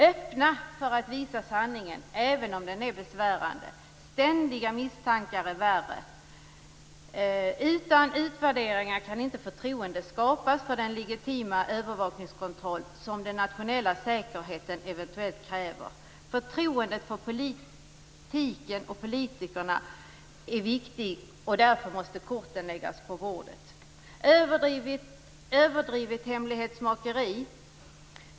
Öppna för att visa sanningen även om den är besvärande! Ständiga misstankar är värre. Utan utvärderingar kan inte förtroende skapas för den legitima övervakningskontroll som den nationella säkerheten eventuellt kräver. Förtroendet för politiken och politikerna är viktigt. Därför måste korten läggas på bordet. Det förekommer ett överdrivet hemlighetsmakeri.